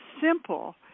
simple